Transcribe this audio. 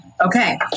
Okay